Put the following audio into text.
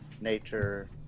nature